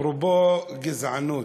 אפרופו גזענות,